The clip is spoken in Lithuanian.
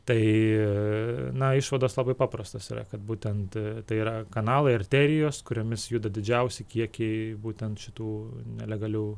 tai na išvados labai paprastos yra kad būtent tai yra kanalai arterijos kuriomis juda didžiausi kiekiai būtent šitų nelegalių